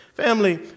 Family